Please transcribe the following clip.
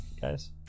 Guys